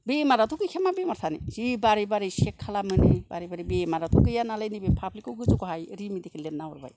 बेमाराथ' गैखाया मा बेमार थानो जि बारि बारि सेक खालामोनो बारि बारि बेमारा थ' गैया नालाय नैबे फाफ्लिखौ गोजौ गाहाय रिमेदिकेल लिरना हरबाय